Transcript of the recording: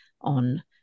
on